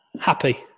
Happy